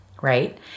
Right